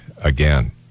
again